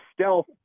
stealth